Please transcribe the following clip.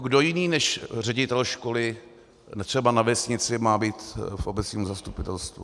Kdo jiný než ředitel školy třeba na vesnici má být v obecním zastupitelstvu?